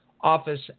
Office